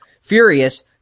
Furious